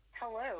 Hello